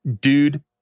dude